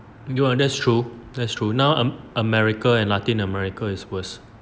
ya that's true that's true now america and latin america is worse